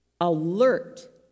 alert